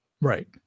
Right